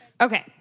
Okay